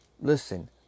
Listen